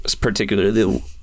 particularly